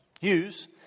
Hughes